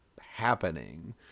happening